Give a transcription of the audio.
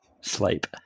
sleep